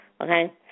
Okay